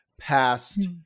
past